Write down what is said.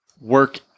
work